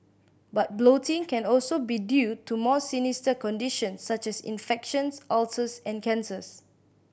but bloating can also be due to more sinister conditions such as infections ulcers and cancers